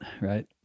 right